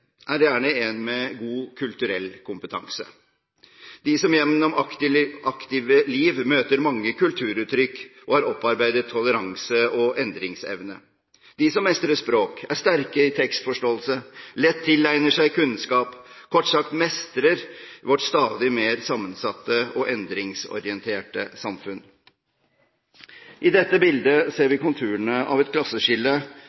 er gjerne en med god kulturell kompetanse. De som gjennom aktive liv møter mange kulturuttrykk, har opparbeidet toleranse og endringsevne. De som mestrer språk, er sterke i tekstforståelse og tilegner seg lett kunnskap. Kort sagt: De mestrer vårt stadig mer sammensatte og endringsorienterte samfunn. I dette bildet ser